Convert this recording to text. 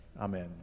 Amen